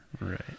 right